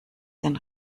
den